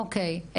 אוקי.